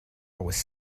was